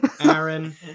Aaron